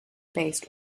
based